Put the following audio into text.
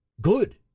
good